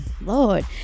Lord